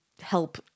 help